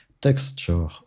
texture